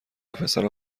وپسرو